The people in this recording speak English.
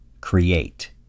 create